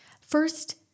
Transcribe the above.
First